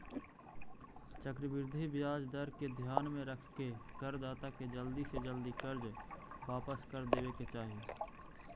चक्रवृद्धि ब्याज दर के ध्यान में रखके करदाता के जल्दी से जल्दी कर्ज वापस कर देवे के चाही